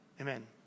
Amen